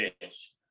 fish